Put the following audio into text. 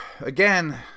again